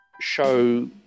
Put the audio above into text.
show